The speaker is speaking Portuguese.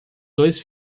dois